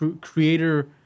creator